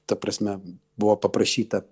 ta prasme buvo paprašyta